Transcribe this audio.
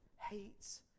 hates